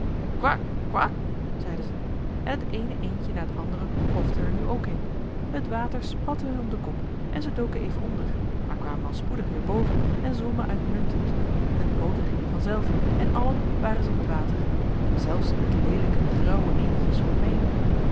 zeide zij en het eene eendje na het andere plofte er nu ook in het water spatte hun om den kop en zij doken even onder maar kwamen al spoedig weer boven en zwommen uitmuntend hun pooten gingen van zelf en allen waren zij in het water zelfs het leelijke grauwe eendje zwom mee